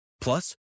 Plus